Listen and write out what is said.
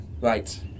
Right